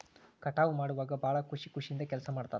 ಕಟಾವ ಮಾಡುವಾಗ ಭಾಳ ಖುಷಿ ಖುಷಿಯಿಂದ ಕೆಲಸಾ ಮಾಡ್ತಾರ